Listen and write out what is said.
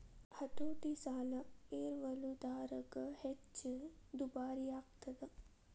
ಹತೋಟಿ ಸಾಲ ಎರವಲುದಾರಗ ಹೆಚ್ಚ ದುಬಾರಿಯಾಗ್ತದ